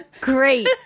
great